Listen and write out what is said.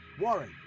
Warren